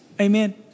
Amen